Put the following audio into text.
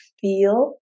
feel